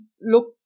look